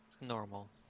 normal